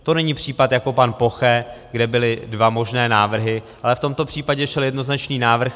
To není případ jako pan Poche, kde byly dva možné návrhy, ale v tomto případě šel jednoznačný návrh.